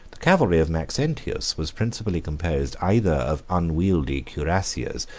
the cavalry of maxentius was principally composed either of unwieldy cuirassiers,